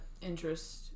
interest